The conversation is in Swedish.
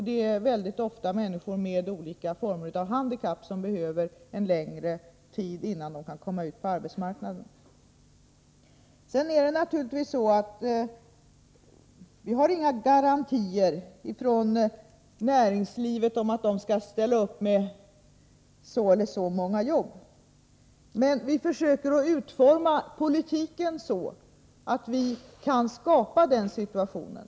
Det är då mycket ofta människor med olika former av handikapp som behöver en längre tid, innan de kan komma ut på arbetsmarknaden. Sedan har vi naturligtvis inga garantier från näringslivet att det skall ställa upp med så och så många arbetstillfällen. Men vi försöker utforma politiken så, att vi kan skapa den situationen.